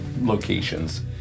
locations